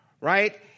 right